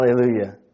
Hallelujah